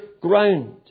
ground